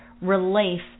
relief